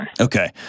Okay